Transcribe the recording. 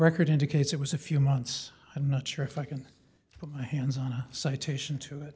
record indicates it was a few months i'm not sure if i can get my hands on a citation to it